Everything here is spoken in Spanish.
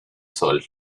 sol